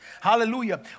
Hallelujah